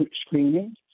screening